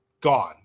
gone